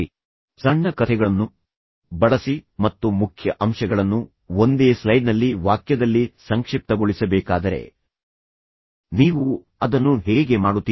ಆದ್ದರಿಂದ ಸಣ್ಣ ಕಥೆಗಳನ್ನು ಬಳಸಿ ಮತ್ತು ನಂತರ ನೀವು ನಿಮ್ಮ ಮುಖ್ಯ ಅಂಶಗಳನ್ನು ಒಂದೇ ಸ್ಲೈಡ್ನಲ್ಲಿ ವಾಕ್ಯದಲ್ಲಿ ಸಂಕ್ಷಿಪ್ತಗೊಳಿಸಬೇಕಾದರೆ ನೀವು ಅದನ್ನು ಹೇಗೆ ಮಾಡುತ್ತೀರಿ